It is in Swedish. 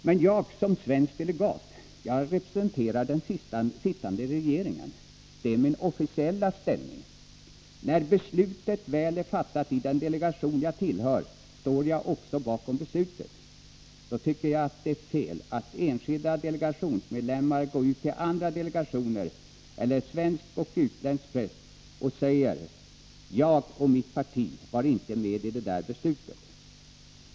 Men jag som svensk delegat representerar den sittande regeringen. Det är min officiella ställning. När beslutet väl är fattat i den delegation jag tillhör, står jag också bakom beslutet. Då tycker jag det är fel-att enskilda delegationsmedlemmar går ut till andra delegationer eller svensk och utländsk press och säger att ”jag och mitt parti var inte med på det där beslutet”.